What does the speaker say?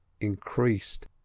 increased